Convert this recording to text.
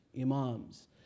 imams